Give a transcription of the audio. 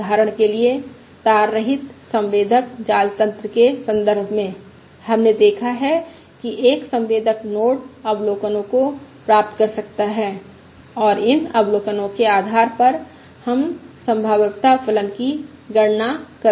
उदाहरण के लिए तार रहित संवेदक जालतंत्र के संदर्भ में हमने देखा है कि एक संवेदक नोड अवलोकनों को प्राप्त कर सकता है और इन अवलोकनों के आधार पर हम संभाव्यता फलन की गणना करते हैं